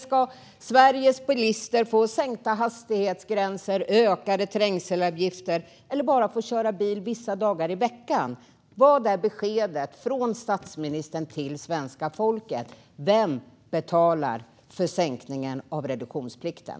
Ska Sveriges bilister få sänkta hastighetsgränser och ökade trängselavgifter eller bara få köra bil vissa dagar i veckan? Vad är beskedet från statsministern till svenska folket? Vem betalar för sänkningen av reduktionsplikten?